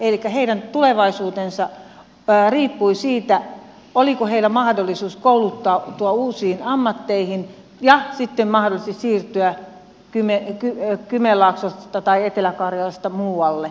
elikkä heidän tulevaisuutensa riippui siitä oliko heillä mahdollisuus kouluttautua uusiin ammatteihin ja sitten mahdollisesti siirtyä kymenlaaksosta tai etelä karjalasta muualle